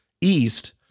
East